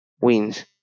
wins